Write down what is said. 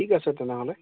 ঠিক আছে তেনেহ'লে